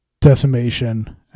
decimation